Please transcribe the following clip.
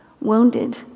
wounded